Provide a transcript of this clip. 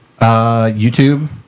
YouTube